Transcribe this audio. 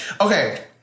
Okay